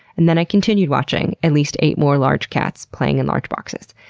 and then i continued watching at least eight more large cats playing in large boxes.